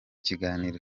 kiganiro